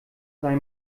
sei